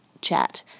chat